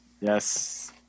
Yes